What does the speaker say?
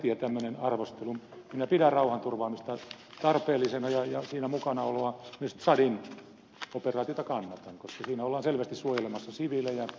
minä pidän rauhanturvaamista tarpeellisena ja siinä mukanaoloa myös tsadin operaatiota kannatan koska siinä ollaan selvästi suojelemassa siviilejä